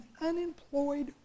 unemployed